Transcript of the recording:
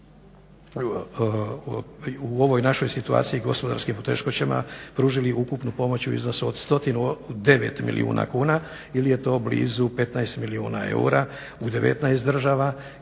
u ovoj našoj situaciji i gospodarskim poteškoćama pružili ukupnu pomoć u iznosu od 109 milijuna kuna ili je to blizu 15 milijuna eura u 19 država